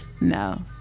No